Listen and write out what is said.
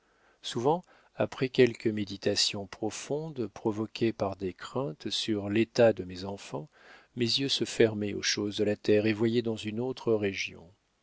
souvent après quelques méditations profondes provoquées par des craintes sur l'état de mes enfants mes yeux se fermaient aux choses de la terre et voyaient dans une autre région